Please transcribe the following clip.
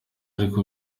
ariko